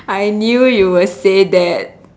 I knew you would say that